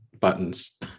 buttons